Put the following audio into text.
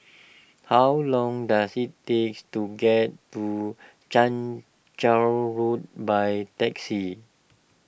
how long does it takes to get to Chang Charn Road by taxi